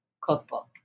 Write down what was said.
cookbook